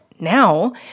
Now